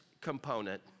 component